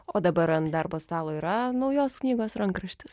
o dabar ant darbo stalo yra naujos knygos rankraštis